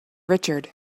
richard